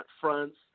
fronts